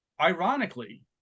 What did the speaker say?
Ironically